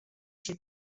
się